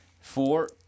Four